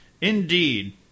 indeed